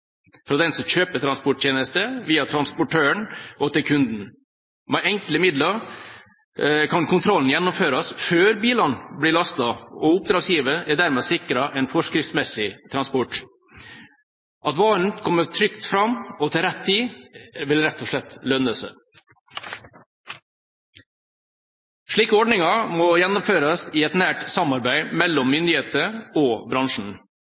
fra den som kjøper transporttjenesten, via transportøren og til kunden. Med enkle midler kan kontrollen gjennomføres før bilene blir lastet, og oppdragsgiver er dermed sikret en forskriftsmessig transport. At varen kommer trygt fram og til rett tid, vil rett og slett lønne seg. Slike ordninger må gjennomføres i et nært samarbeid mellom myndigheter og bransjen.